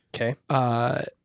Okay